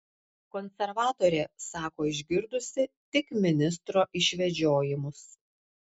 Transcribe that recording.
konservatorė sako išgirdusi tik ministro išvedžiojimus